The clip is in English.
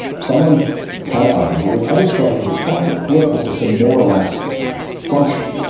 some of them kind of ugly, but with other structures that kept the political system more or less functioning.